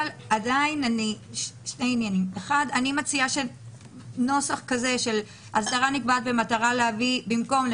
אבל שני עניינים: אני מציעה נוסח כזה: "אסדרה נקבעת במטרה להביא" במקום: